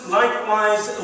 likewise